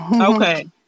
Okay